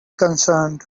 concerned